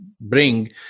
bring